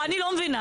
לא אני לא מבינה.